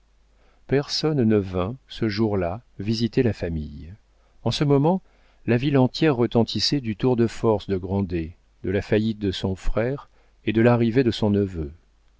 personne ne vint ce jour-là visiter la famille en ce moment la ville entière retentissait du tour de force de grandet de la faillite de son frère et de l'arrivée de son neveu